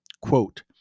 quote